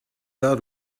out